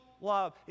love